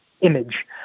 image